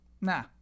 Nah